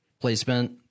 placement